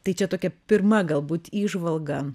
tai čia tokia pirma galbūt įžvalga